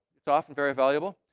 it's often very valuable.